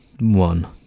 One